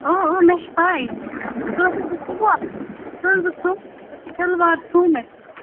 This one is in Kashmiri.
آ آ مےٚ چھِ پاے سُہ سُہ حظ وُچھُم شلوار سوٗ مےٚ